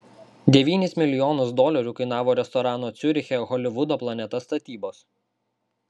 devynis milijonus dolerių kainavo restorano ciuriche holivudo planeta statybos